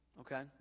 Okay